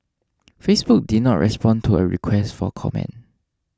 Facebook did not respond to a request for comment